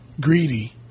greedy